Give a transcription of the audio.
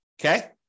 Okay